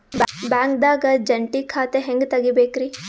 ಬ್ಯಾಂಕ್ದಾಗ ಜಂಟಿ ಖಾತೆ ಹೆಂಗ್ ತಗಿಬೇಕ್ರಿ?